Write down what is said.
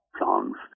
songs